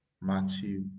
Matthew